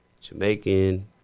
Jamaican